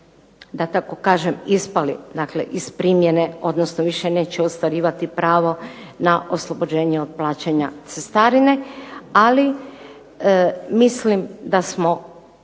da tako kažem ispali iz primjene odnosno više neće ostvarivati pravo na oslobođenje od plaćanja cestarine, ali mislim da smo